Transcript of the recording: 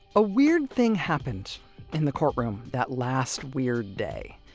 a weird thing happened in the courtroom that last weird day.